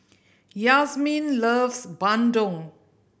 Yasmeen loves bandung